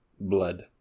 blood